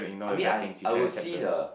I mean I I would see the